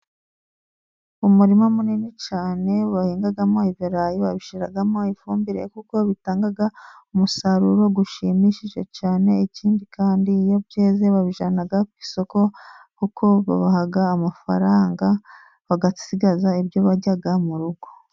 Umurima munini cyane bahingamo ibirayi, babishyiramo ifumbire kuko bitanga umusaruro ushimishije cyane, ikindi kandi iyo byeze babijyana ku isoko kuko babaha amafaranga, bagasigaza ibyo barya mu rugo.